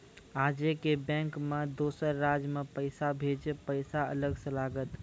आजे के बैंक मे दोसर राज्य मे पैसा भेजबऽ पैसा अलग से लागत?